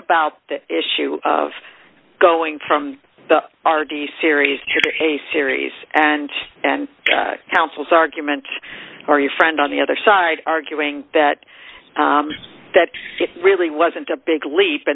about the issue of going from the r d series to a series and and councils argument or your friend on the other side arguing that that really wasn't a big leap